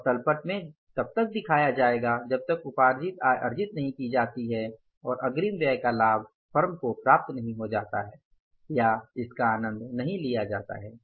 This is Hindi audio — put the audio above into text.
और तल पट में तब तक दिखाया जाएगा जब तक उपार्जित आय अर्जित नहीं की जाती है और अग्रिम व्यय का लाभ फर्म को प्राप्त नही हो जाता है या इसका आनंद नही लिया जाता है